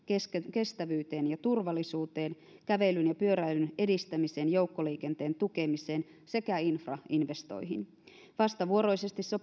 kestävyyteen ja turvallisuuteen kävelyn ja pyöräilyn edistämiseen joukkoliikenteen tukemiseen sekä infrainvestointeihin vastavuoroisesti